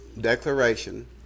declaration